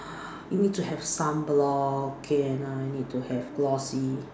you need to have sunblock okay and I need to have glossy